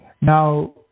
Now